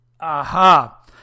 Aha